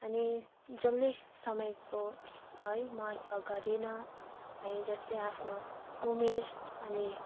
अनि जसले समयको है महत्त्व गरेन है जसले आफ्नो उमेर अनि